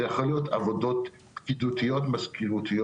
זה יכול להיות עבודות פקידותיות מזכירותיות